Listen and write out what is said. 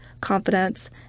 confidence